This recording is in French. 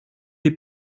les